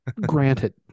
Granted